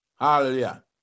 Hallelujah